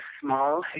small